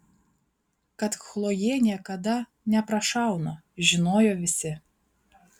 kad chlojė niekada neprašauna žinojo visi